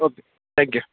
okay thank you